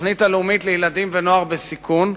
בתוכנית הלאומית לילדים ונוער בסיכון,